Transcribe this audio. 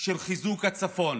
של חיזוק הצפון,